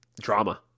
Drama